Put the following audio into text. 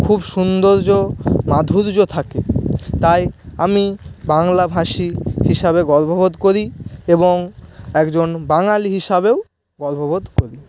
খুব সৌন্দর্য মাধুর্য থাকে তাই আমি বাংলাভাষী হিসাবে গর্ববোধ করি এবং একজন বাঙালি হিসাবেও গর্ববোধ করি